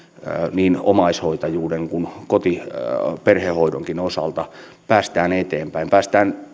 niin omaishoitajuuden kuin koti ja perhehoidonkin osalta päästään eteenpäin päästään